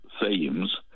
themes